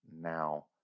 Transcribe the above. now